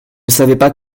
savait